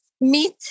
meet